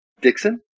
Dixon